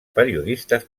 periodistes